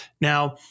Now